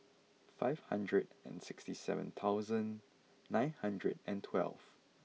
five hundred and sixty seven thousand nine hundred and twelve